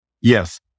Yes